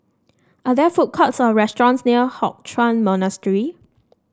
are there food courts or restaurants near Hock Chuan Monastery